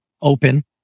open